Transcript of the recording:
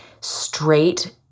straight